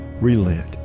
relent